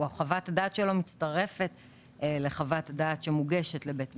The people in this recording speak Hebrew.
חוות הדעת שלו מצטרפת לחוות הדעת שמוגשת לבית המשפט.